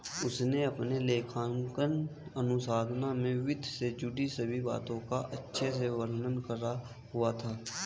उसने अपने लेखांकन अनुसंधान में वित्त से जुड़ी सभी बातों का अच्छे से वर्णन करा हुआ था